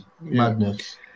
madness